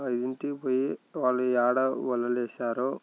ఐదింటికి పోయి వాళ్ళు ఏడ వలలు వేసారో